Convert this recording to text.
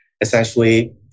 essentially